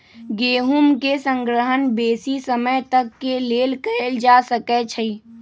गेहूम के संग्रहण बेशी समय तक के लेल कएल जा सकै छइ